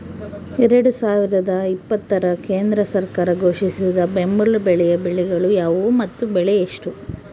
ಎರಡು ಸಾವಿರದ ಇಪ್ಪತ್ತರ ಕೇಂದ್ರ ಸರ್ಕಾರ ಘೋಷಿಸಿದ ಬೆಂಬಲ ಬೆಲೆಯ ಬೆಳೆಗಳು ಯಾವುವು ಮತ್ತು ಬೆಲೆ ಎಷ್ಟು?